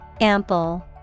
Ample